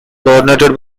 coordinated